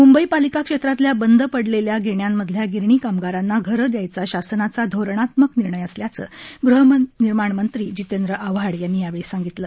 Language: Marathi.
मुंबई पालिका क्षेत्रातल्या बंद पडलेल्या गिरण्यामधल्या गिरणी कामगारांना घरं दयायचा शासनाचा धोरणात्मक निर्णय असल्याचं गृहनिर्माण मंत्री जितेंद्र आव्हाड यांनी यावेळी सांगितलं